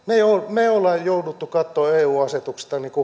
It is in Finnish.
me olemme joutuneet katsomaan eu asetuksesta